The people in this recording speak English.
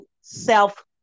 self